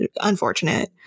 unfortunate